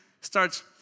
Starts